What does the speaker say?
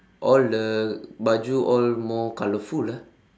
all the baju all more colourful ah